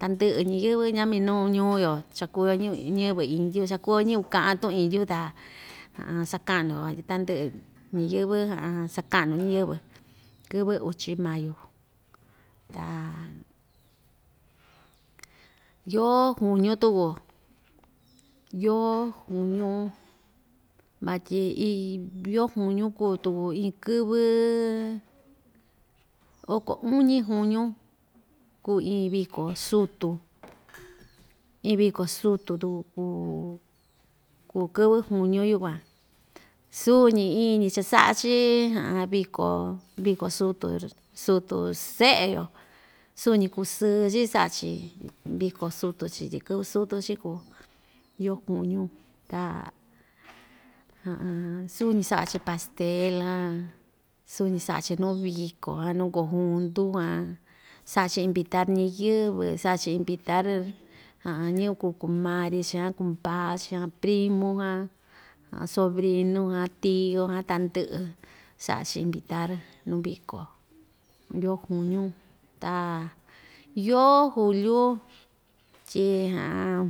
Tandɨꞌɨ ñiyɨ́vɨ́ ñaa minuu ñuu‑yo cha kuu‑yo ñiv ñiyɨvɨ indyu cha kuu‑yo ñiyɨvɨ kaꞌan tuꞌun indyu ta sakaꞌnu‑yo a tyi tandɨꞌɨ ñiyɨ́vɨ́ sakaꞌnu ñiyɨvɨ kɨvɨ uchi mayu ta, yoo junio tuku yoo junio vatyi ii yoo juñu kuu tuku iin kɨvɨ oko uñi juñu kuu iin viko sutu iin viko sutu tuku kuu kuu kɨvɨ juñiu yukuan suu‑ñi iin‑ñi cha saꞌa‑chi voko viko sutu rr sutu seꞌe‑yo suñi kusɨɨ‑chi saꞌa‑chi viko sutu‑chi tyi kɨvɨ sutu‑chi kuu yoo juñiu ta suñi saꞌa‑chi pastel suñi saꞌa‑chi nuu viko nuu kojundu van saꞌa‑chi invitar ñiyɨvɨ saꞌa‑chi invitar ñiyɨvɨ kuu kumari‑chi kumpaa‑chi primu sobriñu tio tandɨꞌɨ saꞌa‑chi invitar nuu viko yoo juñu ta yoo juliu tyi